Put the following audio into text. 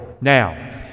Now